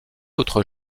autre